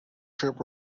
trip